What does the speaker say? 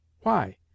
Why